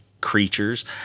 creatures